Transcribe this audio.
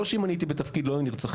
ולא שאם אני הייתי בתפקיד לא היו נרצחים